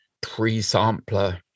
pre-sampler